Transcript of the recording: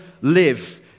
live